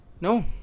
No